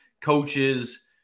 coaches